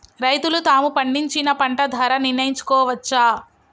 రైతులు తాము పండించిన పంట ధర నిర్ణయించుకోవచ్చా?